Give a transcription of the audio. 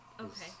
Okay